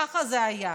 ככה זה היה.